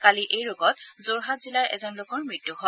কালি এই ৰোগত যোৰহাট জিলাৰ এজন লোকৰ মৃত্যু হয়